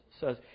says